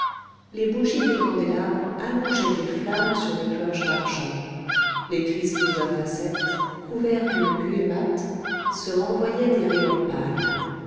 les bougies des candélabres allongeaient des flammes sur les cloches d'argent les cristaux à facettes couverts d'une buée mate se renvoyaient des rayons pâles